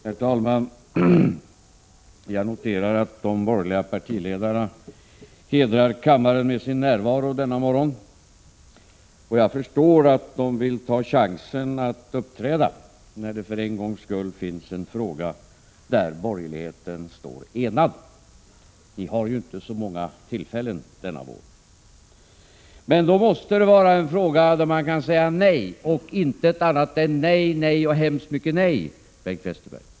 Herr talman! Jag noterar att de borgerliga partiledarna hedrar kammaren med sin närvaro denna morgon. Jag förstår att de vill ta chansen att uppträda när det för en gångs skull finns en fråga där borgerligheten står enad. Ni har ju inte haft så många tillfällen denna vår. Men då måste det vara en fråga där man kan säga nej och intet annat än nej, nej och hemskt mycket nej, Bengt Westerberg.